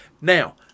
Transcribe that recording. Now